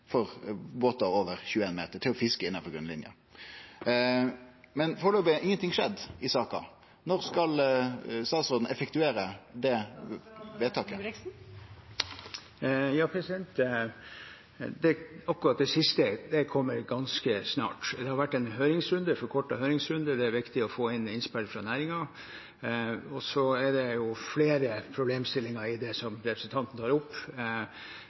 for båtar over 21 meter til å fiske innanfor grunnlinja. Men foreløpig har ingenting skjedd i saka. Kva tid skal statsråden effektuere det vedtaket? Akkurat det siste kommer ganske snart. Det har vært en høringsrunde, en forkortet høringsrunde – det er viktig å få innspill fra næringen. Det er flere problemstillinger i det representanten tar opp.